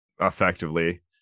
effectively